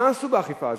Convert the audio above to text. מה עשו באכיפה הזאת?